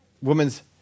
woman's